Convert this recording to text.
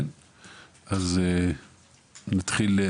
אז נתחיל,